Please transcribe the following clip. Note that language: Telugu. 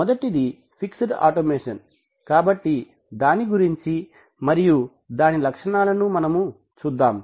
మొదటిది ఫిక్సెడ్ ఆటోమేషన్ కాబట్టి దాని గురించి మరియు దాని లక్షణములు చూద్దాము